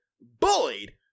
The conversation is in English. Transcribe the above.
bullied